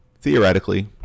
Theoretically